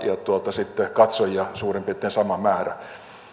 sitten katsojia suurin piirtein sama määrä